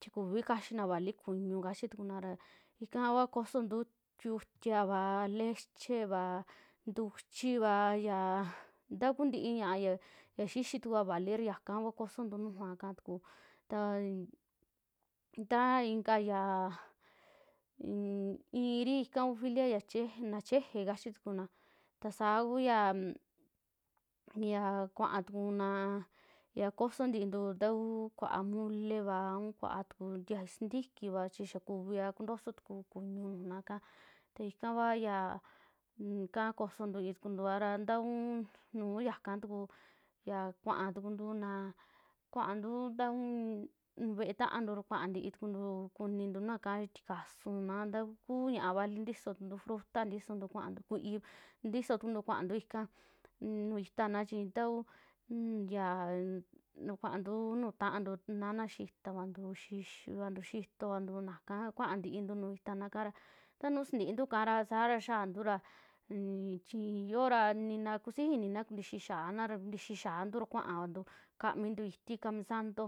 chi kuvi kaxiina vali kuñuu kachitukuna ra ika kua kosontu tiutiava, lecheva, ntuchiva yaa ntakuu ntii ñaa ya xixi tukua valii yaka kua kosontu nujuaka tuku, ta tainka yaa i'iri ika ku filia yache nacheje kachitukuna, ta saa kuya ñaa- na ya kuaa tukuna ya kosoo ntiintu tauu kuaa moleva, a un kuua tuku ntiyu sintikiva chi xaa kuiva kuntoso tu kuñuu nujuna ika, ta ika ua yaa ika kosoo ntii tukuntu vara tauu nuu yaka tukura ya kuaa tukuntu, kuantu ya kuu ve'e taantu ra kuaa ntii tukuntu kunintu nakaa, tikasunna takuu kuu ñiaa vali ntisoo tuntu, fruta ntisontu kuaantu kuii ntiso tukuntu kuaantu ika nu'u itana, chii tauu yaa na kuantu nuju taantu, nu nana xitavantu, xixivantu, xiitoantu naka kuaa ntiintu nu itanakara, ta nuu sintiintu ikara sara xiaantu ra chiyoo ra nina kusiji inina kuntixii xa'ana ra, kuntixii xiantu kuavantu kaamintu itii kamisanto.